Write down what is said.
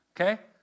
okay